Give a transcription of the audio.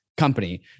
Company